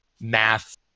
math